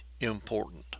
important